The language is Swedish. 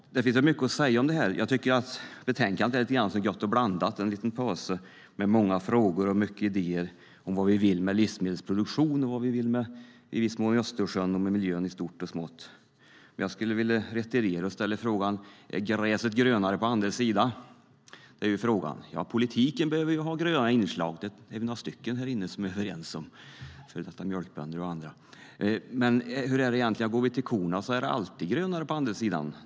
Det finns mycket att säga om det här betänkandet. Jag tycker att det är lite som Gott & blandat - en liten påse med många frågor och mycket idéer om vad vi vill med livsmedelsproduktion, Östersjön och med miljön i stort och smått. Jag skulle vilja returnera med frågan: Är gräset grönare på andra sidan? Ja, att politiken behöver ha gröna inslag är vi några härinne som är överens om - före detta mjölkbönder och andra. Men för korna är det alltid grönare på andra sidan.